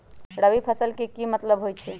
रबी फसल के की मतलब होई छई?